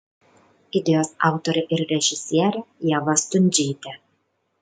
idėjos autorė ir režisierė ieva stundžytė